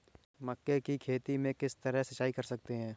मक्के की खेती में किस तरह सिंचाई कर सकते हैं?